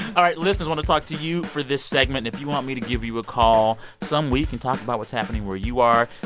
all right, listeners want to talk to you for this segment. if you want me to give you a call some week and talk about what's happening where you are,